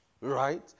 right